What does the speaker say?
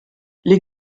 les